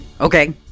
Okay